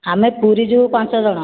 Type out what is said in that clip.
ଆମେ ପୁରୀ ଯିବୁ ପାଞ୍ଚ ଜଣ